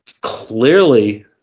clearly